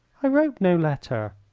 i wrote no letter.